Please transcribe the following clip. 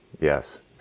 Yes